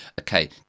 okay